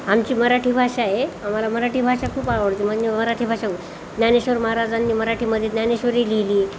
आमची मराठी भाषा आहे आम्हाला मराठी भाषा खूप आवडते म्हणजे मराठी भाषा ज्ञानेश्वर महाराजांनी मराठीमध्ये ज्ञानेश्वरी लिहिली